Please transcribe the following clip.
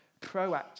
Proactive